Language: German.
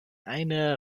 eine